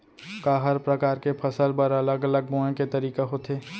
का हर प्रकार के फसल बर अलग अलग बोये के तरीका होथे?